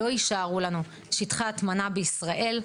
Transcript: לא יישארו לנו שטחי הטמנה בישראל.